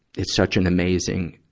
it's such an amazing,